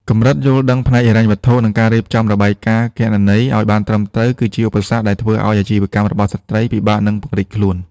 កម្រិតយល់ដឹងផ្នែកហិរញ្ញវត្ថុ និងការរៀបចំរបាយការណ៍គណនេយ្យឱ្យបានត្រឹមត្រូវ គឺជាឧបសគ្គដែលធ្វើឱ្យអាជីវកម្មរបស់ស្ត្រីពិបាកនឹងពង្រីកខ្លួន។